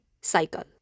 cycle